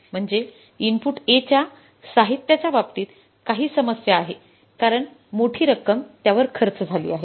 म्हणजे input A च्या साहित्याच्या बाबतीत काही समस्या आहे कारण मोठी रक्कम त्यावर खर्च झाली आहे